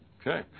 Okay